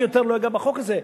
אני יותר לא אגע בחוק הזה.